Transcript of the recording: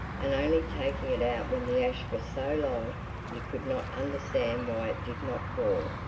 and only taking it out when the ash was so long you could not understand why it did not fall.